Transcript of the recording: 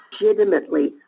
legitimately